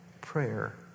prayer